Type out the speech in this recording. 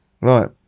Right